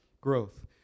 growth